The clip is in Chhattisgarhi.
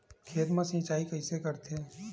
खेत मा सिंचाई कइसे करथे?